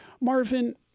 Marvin